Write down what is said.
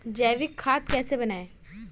जैविक खाद कैसे बनाएँ?